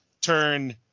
turn